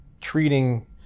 treating